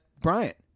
Bryant